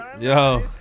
Yo